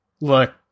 look